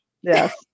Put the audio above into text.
yes